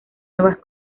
nuevas